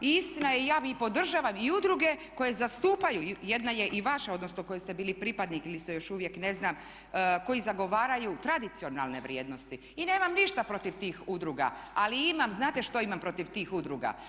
I istina je i ja podržavam i udruge koje zastupaju, jedna je i vaša, odnosno kojoj ste bili pripadnik ili ste još uvijek, koji zagovaraju tradicionalne vrijednosti i nemam ništa protiv tih udruga, ali imam, znate što imam protiv tih udruga?